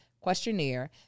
questionnaire